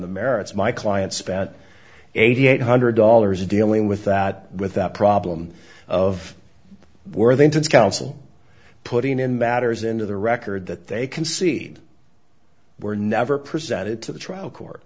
the merits my client spat eighty eight hundred dollars dealing with that with that problem of worthington's counsel putting in matters into the record that they concede were never presented to the trial court